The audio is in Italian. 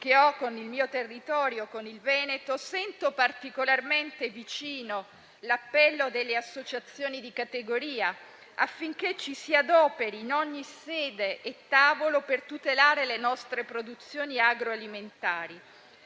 che ho con il mio territorio, con il Veneto, sento particolarmente vicino l'appello delle associazioni di categoria affinché ci si adoperi, in ogni sede e tavolo, per tutelare le nostre produzioni agroalimentari.